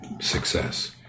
success